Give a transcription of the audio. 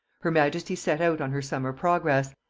her majesty set out on her summer progress,